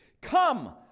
Come